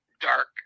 dark